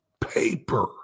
paper